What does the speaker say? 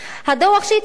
הדוח שהצגתי,